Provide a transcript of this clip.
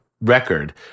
record